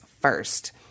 first